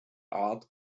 art